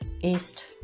East